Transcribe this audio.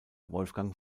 wolfgang